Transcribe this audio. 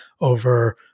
over